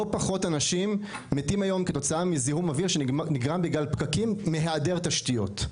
לא פחות אנשים מתים היום כתוצאה מזיהום אוויר שנגרם בגלל היעדר תשתיות,